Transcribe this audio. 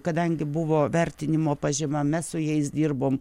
kadangi buvo vertinimo pažyma mes su jais dirbom